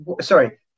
sorry